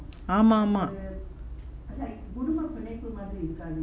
ஆமா ஆமா:ama ama